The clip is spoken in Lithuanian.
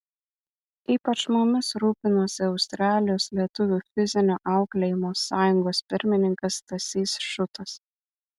ypač mumis rūpinosi australijos lietuvių fizinio auklėjimo sąjungos pirmininkas stasys šutas